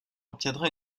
obtiendra